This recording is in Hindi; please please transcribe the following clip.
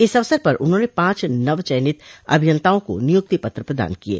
इस अवसर पर उन्होंने पांच नव चयनित अभियंताओं को निय्क्ति पत्र प्रदान किये